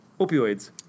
opioids